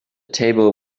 table